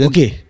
Okay